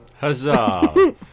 Huzzah